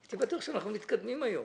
הייתי בטוח שאנחנו מתקדמים היום.